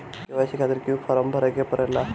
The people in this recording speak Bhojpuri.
के.वाइ.सी खातिर क्यूं फर्म भरे के पड़ेला?